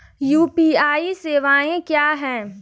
UPI सवायें क्या हैं?